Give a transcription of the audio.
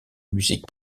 musique